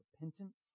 repentance